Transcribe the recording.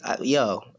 yo